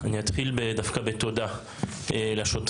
אני אתחיל דווקא בתודה לשוטרים,